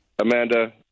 Amanda